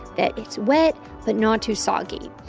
that it's wet but not too soggy.